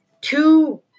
two